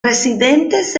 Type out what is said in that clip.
residentes